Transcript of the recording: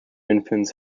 infants